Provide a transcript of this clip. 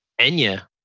Enya